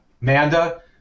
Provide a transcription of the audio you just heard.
Manda